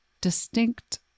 distinct